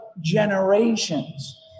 generations